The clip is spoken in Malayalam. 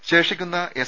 രുമ ശേഷിക്കുന്ന എസ്